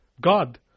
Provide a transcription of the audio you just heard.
God